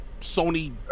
Sony